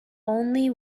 only